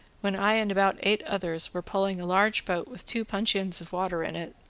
when i and about eight others were pulling a large boat with two puncheons of water in it,